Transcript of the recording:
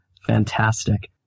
fantastic